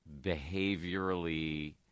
behaviorally